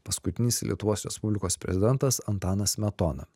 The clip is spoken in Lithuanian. paskutinis lietuvos respublikos prezidentas antanas smetona